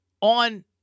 on